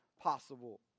possible